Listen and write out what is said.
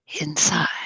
inside